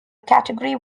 category